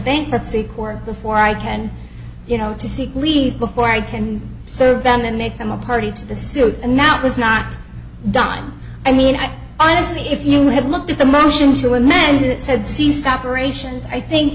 bankruptcy court before i can you know to seek leave before i can serve them and make them a party to the suit and now it was not done i mean i honestly if you have looked at the motion to amend it said cease operations i think